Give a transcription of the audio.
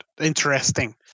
interesting